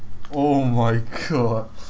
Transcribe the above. oh my god